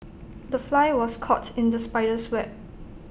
the fly was caught in the spider's web